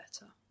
better